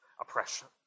oppression